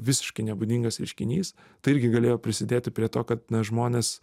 visiškai nebūdingas reiškinys tai irgi galėjo prisidėti prie to kad na žmonės